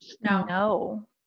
No